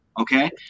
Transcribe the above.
okay